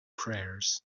prayers